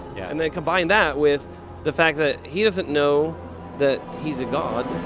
yeah and then combine that with the fact that he doesn't know that he's a god,